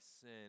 sin